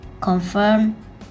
confirm